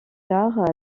tard